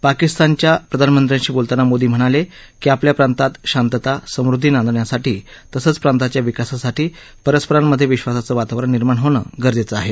पाकिस्तानच्या प्रधानमंत्र्यांशी बोलताना मोदी म्हणाले की आपल्या प्रांतात शांतता समृद्धी नांदण्यासाठी तसंच प्रांताच्या विकासासाठी परस्परांमधे विश्वासाचं वातावरण निर्माण होणं गरजेचं आहे